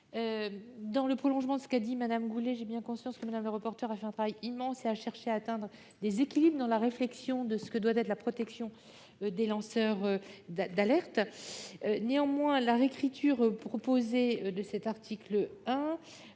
Dans le prolongement de ce qu'a dit Mme Goulet, je reconnais que Mme le rapporteur a fait un travail immense et a cherché à atteindre des équilibres sur la protection des lanceurs d'alerte. Néanmoins, la réécriture proposée de cet article 1